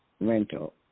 rental